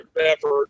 effort